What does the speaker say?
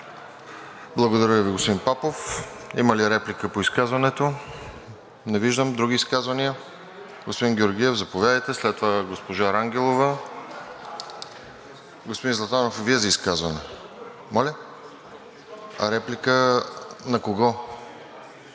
Благодаря Ви, господин Папов. Има ли реплики по изказването? Не виждам. Други изказвания? Господин Георгиев, заповядайте. След това госпожа Рангелова. Господин Златанов, и Вие за изказване? ЗЛАТАН ЗЛАТАНОВ